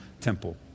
temple